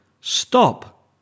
Stop